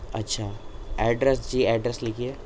اچھا ایڈریس جی ایڈریس لکھیے